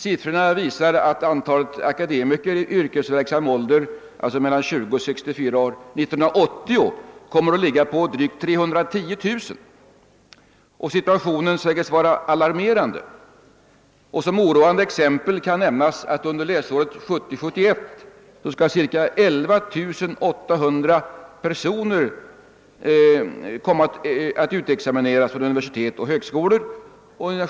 Siffrorna visar att antalet akademiker i yrkesverksam ålder — alltså mellan 20 och 65 år — år 1980 kommer att ligga på drygt 310 000. Situationen sägs vara alarmerande. Som oroande exempel kan nämnas att under läsåret 1970/71 ca 11 800 personer skall komma att utexamineras från universitet och högskolor.